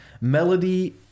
Melody